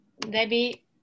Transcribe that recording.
Debbie